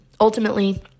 ultimately